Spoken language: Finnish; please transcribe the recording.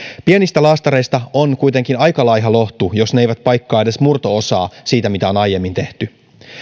pienistä laastareista on kuitenkin aika laiha lohtu jos ne eivät paikkaa edes murto osaa siitä mitä on on aiemmin tehty